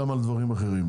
גם על דברים אחרים,